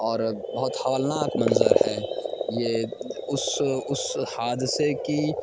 اور بہت ہولناک منظر ہے یہ اس اس حادثہ کی